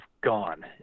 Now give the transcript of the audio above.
gone